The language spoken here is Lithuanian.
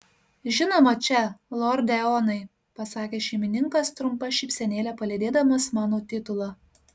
žinoma čia lorde eonai pasakė šeimininkas trumpa šypsenėle palydėdamas mano titulą